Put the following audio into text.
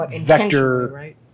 vector